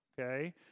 Okay